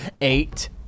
eight